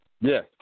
Yes